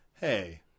hey